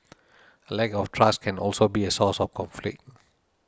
a lack of trust can also be a source of conflict